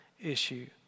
issue